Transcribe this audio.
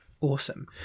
Awesome